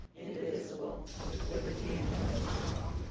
indivisible, with liberty and justice for all.